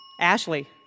Ashley